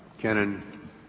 Kennan